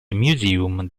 museum